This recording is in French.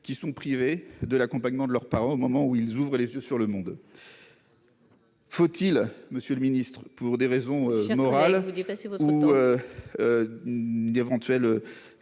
qui sont privés de l'accompagnement de leurs parents au moment où ils ouvrent les yeux sur le monde, faut-il Monsieur le ministre, pour des raisons morales d'éventuels